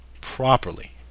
properly